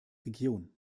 region